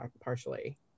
partially